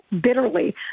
bitterly